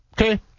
Okay